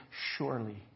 surely